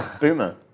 Boomer